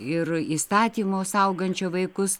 ir įstatymo saugančio vaikus